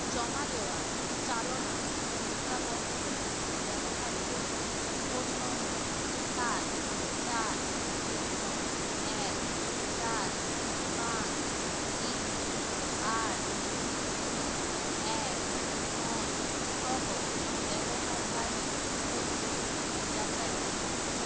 জমা দেওয়া চালনা অনুজ্ঞাপত্র ব্যবহার করে ফোন নম্বর সাত চার শূন্য এক চার পাঁচ তিন আট শূন্য এক নয় সহ ব্যবহারকারীর তথ্য যাচাই করুন